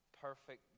perfect